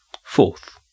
Fourth